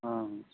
ହଁ